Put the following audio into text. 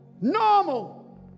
normal